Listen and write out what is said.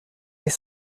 est